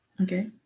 Okay